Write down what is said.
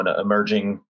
emerging